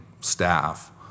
staff